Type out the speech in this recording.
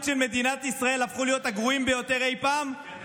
שיחסי החוץ של מדינת ישראל הפכו להיות הגרועים ביותר אי פעם?